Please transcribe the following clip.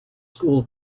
school